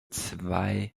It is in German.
zwei